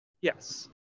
Yes